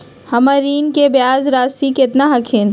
हमर ऋण के ब्याज रासी केतना हखिन?